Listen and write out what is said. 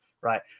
Right